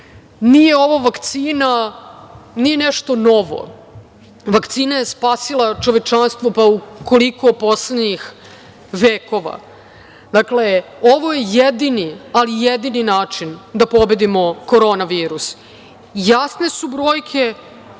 nije ova vakcina ni nešto novo, vakcina je spasila čovečanstvo u koliko poslednjih vekova. Dakle, ovo je jedini, ali jedini način da pobedimo korona virus. Jasne su brojke.